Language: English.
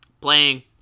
playing